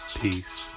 peace